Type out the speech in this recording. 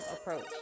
approach